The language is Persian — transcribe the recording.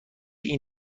این